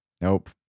nope